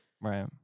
Right